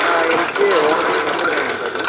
ആ എനിക്ക് ഓണത്തിന് ഡ്രസ്സ് എടുക്കാൻ വേണ്ടിയിട്ട് ആയിരുന്നു